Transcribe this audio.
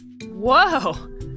Whoa